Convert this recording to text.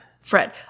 Fred